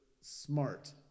smart